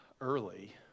early